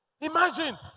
Imagine